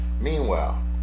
Meanwhile